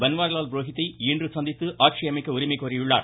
பன்வாரிலால் புரோஹித்தை இன்று சந்தித்து ஆட்சியமைக்க உரிமை கோரியுள்ளார்